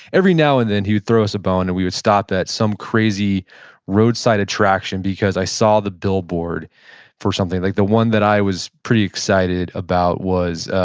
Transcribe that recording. every now and then, he would throw us a bone and we would stop at some crazy roadside attraction, because i saw the billboard for something. like the one that i was pretty excited about was,